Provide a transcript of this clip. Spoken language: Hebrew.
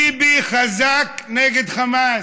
ביבי חזק נגד חמאס.